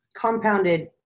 compounded